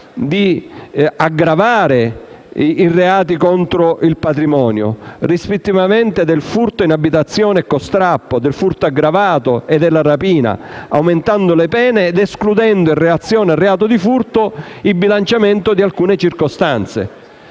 di aggravare i reati contro il patrimonio, e rispettivamente il furto in abitazione e con strappo, il furto aggravato e la rapina, aumentando le pene ed escludendo, in relazione al reato di furto, il bilanciamento di alcune circostanze.